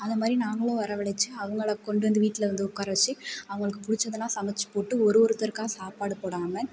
அது மாதிரி நாங்களும் வரவழைத்து அவங்கள கொண்டு வந்து வீட்டில் வந்து உட்கார வச்சு அவங்களுக்கு பிடிச்சதெல்லாம் சமைச்சு போட்டு ஒரு ஒருத்தருக்காக சாப்பாடு போடாமல்